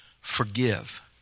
forgive